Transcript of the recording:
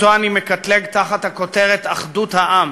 שאותו אני מקטלג תחת הכותרת "אחדות העם",